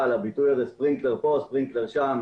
על הביטוי הזה ספרינקלר פה וספרינקלר שם.